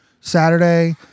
Saturday